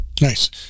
Nice